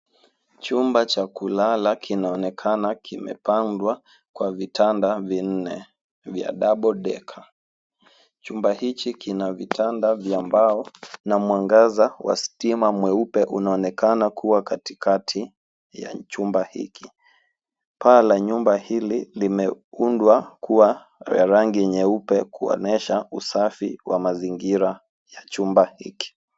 Chumba cha kulala kinaonekana kimepambwa kwa vitanda vinne vya double decker chumba hichi kina vitanda vya mbao na mwangaza wa stima mweupe unaonekana kua katikati ya chumba hiki paa la nyumba hili limeundwa kuwa ya rangi nyeupe kuonyesha usafi wa mazingira ya chumba hiki.